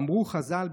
אמרו חז"ל,